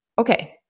Okay